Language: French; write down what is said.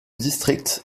district